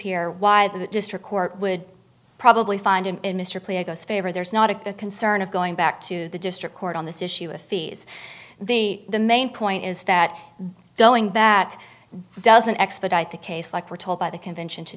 here why the district court would probably find him in mr player goes favor there's not a concern of going back to the district court on this issue of fees the the main point is that going back doesn't expedite the case like we're told by the convention to